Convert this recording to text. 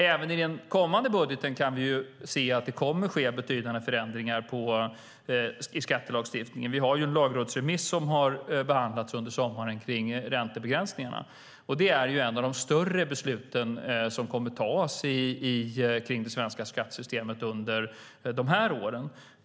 Även i den kommande budgeten kan vi se att det kommer att ske betydande förändringar i skattelagstiftningen. En lagrådsremiss kring räntebegränsningarna har behandlats under sommaren. Det handlar om ett av de större beslut som kommer att tas kring det svenska skattesystemet under de här åren.